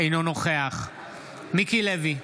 אינו נוכח מיקי לוי,